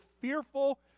fearful